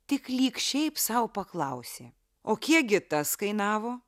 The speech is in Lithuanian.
tik lyg šiaip sau paklausė o kiekgi tas kainavo